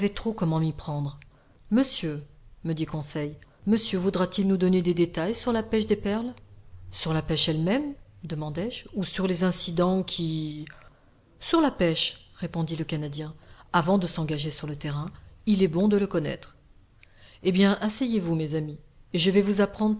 comment m'y prendre monsieur me dit conseil monsieur voudra-t-il nous donner des détails sur la pêche des perles sur la pêche elle-même demandai-je ou sur les incidents qui sur la pêche répondit le canadien avant de s'engager sur le terrain il est bon de le connaître eh bien asseyez-vous mes amis et je vais vous apprendre